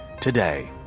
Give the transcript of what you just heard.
today